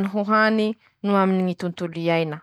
ñ'akoho ho añatiny ñy karazam-boro.